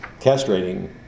castrating